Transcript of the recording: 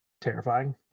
terrifying